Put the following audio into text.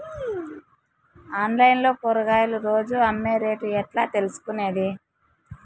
Online లో కూరగాయలు రోజు అమ్మే రేటు ఎట్లా తెలుసుకొనేది?